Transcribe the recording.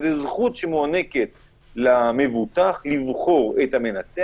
זו זכות שמוענקת למבוטח לבחור את המנתח.